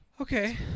Okay